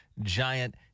giant